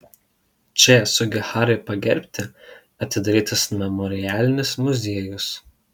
č sugiharai pagerbti atidarytas memorialinis muziejus